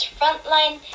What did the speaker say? frontline